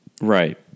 Right